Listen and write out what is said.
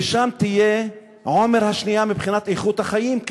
ושם תהיה עומר השנייה מבחינת איכות החיים,